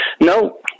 no